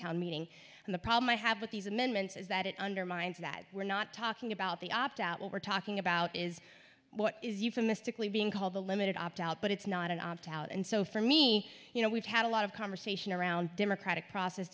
town meeting and the problem i have with these amendments is that it undermines that we're not talking about the opt out what we're talking about is what is euphemistically being called the limited opt out but it's not an opt out and so for me you know we've had a lot of conversation around democratic process